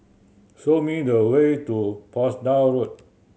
show me the way to Portsdown Road